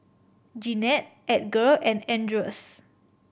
Jeanette Edgar and Andreas